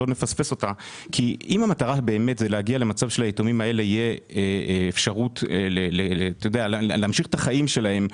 המטרה היא להגיע למצב שליתומים האלה תהיה אפשרות להמשיך את החיים שלהם.